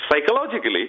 Psychologically